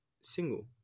single